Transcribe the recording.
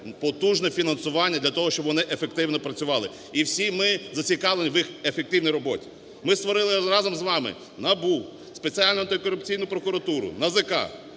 потужне фінансування для того, щоб вони ефективно працювали. І всі ми зацікавлені в їх ефективній роботі. Ми створили разом з вами НАБУ, Спеціальну антикорупційну прокуратуру, НАЗК